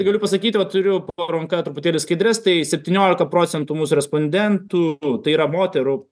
galiu pasakyti va turiu po ranka truputėlį skaidres tai septyniolika procentų mūsų respondentų tai yra moterų